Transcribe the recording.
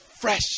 fresh